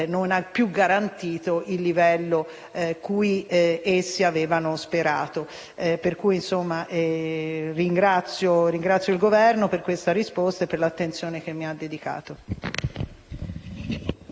non ha più garantito il livello per il quale avevano sperato di concorrere. Ringrazio il Governo per la risposta e per l'attenzione che mi ha dedicato.